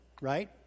right